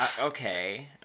Okay